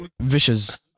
vicious